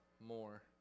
more